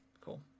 cool